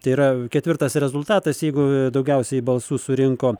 tai yra ketvirtas rezultatas jeigu daugiausiai balsų surinko